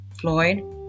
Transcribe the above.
Floyd